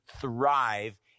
thrive